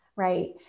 Right